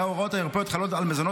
הרי ההוראות האירופאיות חלות על המזונות